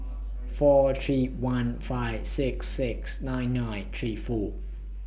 four three one five six six nine nine three four